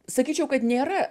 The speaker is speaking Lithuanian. sakyčiau kad nėra